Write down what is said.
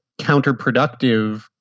counterproductive